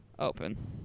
open